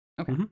Okay